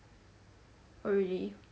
oh really